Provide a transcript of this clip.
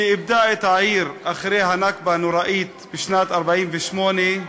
שאיבדה את העיר אחרי הנכבה הנוראית בשנת 1948,